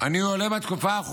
אני עולה בתקופה האחרונה,